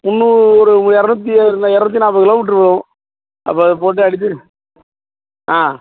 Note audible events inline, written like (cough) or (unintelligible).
முந்நூறு ஒரு இறநூத்தி (unintelligible) இறநூத்தி நாற்பது கிலோமீட்ரு போகும் அப்போ அதை போட்டு அனுப்பிடுங்க ஆ